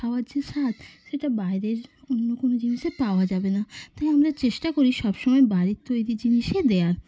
খাওয়ার যে স্বাদ সেটা বাইরের অন্য কোনো জিনিসে পাওয়া যাবে না তাই আমরা চেষ্টা করি সব সময় বাড়ির তৈরি জিনিসই দেওয়ার